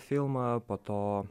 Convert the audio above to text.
filmą po to